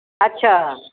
ਅੱਛਾ